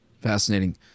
Fascinating